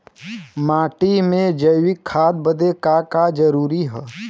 माटी में जैविक खाद बदे का का जरूरी ह?